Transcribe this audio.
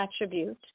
attribute